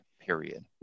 period